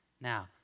Now